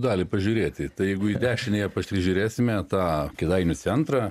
dalį pažiūrėti tai jeigu į dešiniąją pasižiūrėsime tą kėdainių centrą